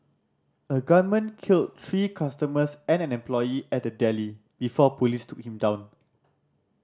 a gunman killed three customers and an employee at the deli before police took him down